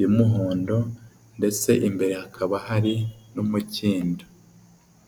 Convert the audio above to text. y'umuhondo, ndetse imbere hakaba hari n'umukindo.